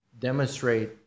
demonstrate